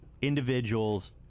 individuals